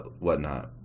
whatnot